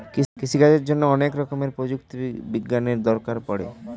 কৃষিকাজের জন্যে অনেক রকমের প্রযুক্তি বিজ্ঞানের দরকার পড়ে